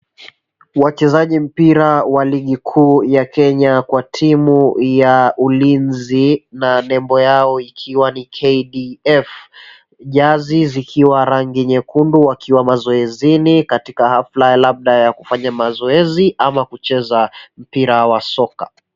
Wachezaji mpira wa ligi kuu ya Kenya wa timu ya ulinzi na nembo yao ikiwa ni KDF, jazi zikiwa rangi nyekundu wakiwa mazoezini katika ghafla labda yakufanya mazoezi ama kucheza mpira wa soka.